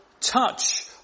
touch